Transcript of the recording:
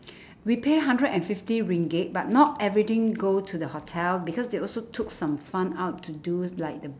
we pay hundred and fifty ringgit but not everything go to the hotel because they also took some fund out to do like the